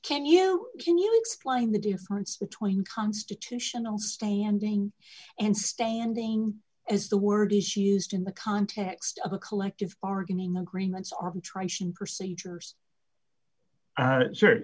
can you can you explain the difference between constitutional standing and standing is the word is used in the context of a collective bargaining agreements arbitration procedures